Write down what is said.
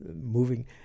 moving